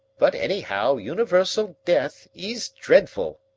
but, anyhow, universal death is dreadful.